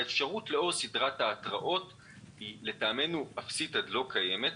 האפשרות לאור סדרת ההתראות היא לדעתנו אפסית עד לא קיימת.